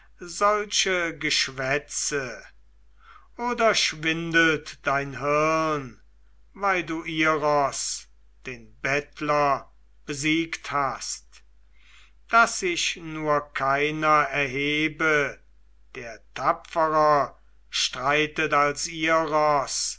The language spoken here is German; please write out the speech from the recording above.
solche geschwätze oder schwindelt dein hirn weil du iros den bettler besiegt hast daß sich nur keiner erhebe der tapferer streitet als iros